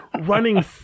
running